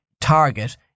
target